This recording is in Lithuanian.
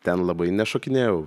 ten labai nešokinėjau